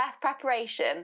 preparation